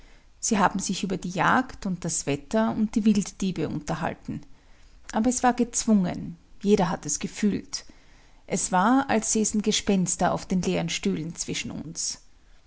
sie haben sich über die jagd und das wetter und die wilddiebe unterhalten aber es war gezwungen jeder hat es gefühlt es war als säßen gespenster auf den leeren stühlen zwischen uns